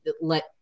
let